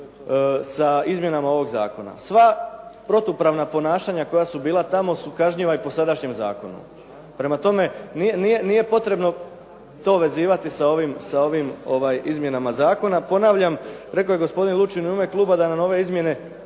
sa izmjenama ovog zakona. Sva protupravna ponašanja koja su bila tamo su kažnjiva i po sadašnjem zakonu. Prema tome, nije potrebno to vezivati sa ovim izmjenama zakona. Ponavljam, rekao je gospodin Lučin u ime kluba da nam ove izmjene